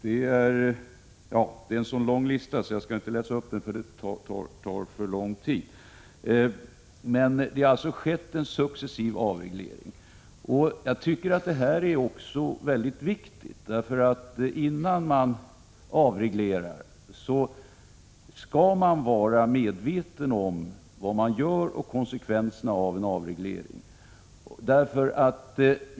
Det är en så lång lista att jag inte skall läsa upp den — det tar för lång tid. Det har alltså skett en successiv avreglering, och jag tycker att detta är mycket viktigt. Innan man avreglerar skall man vara medveten om vad man gör. Man måste veta vilka konsekvenser det blir av en avreglering.